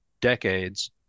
decades